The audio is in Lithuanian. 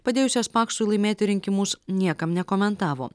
padėjusias paksui laimėti rinkimus niekam nekomentavo